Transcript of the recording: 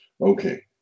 okay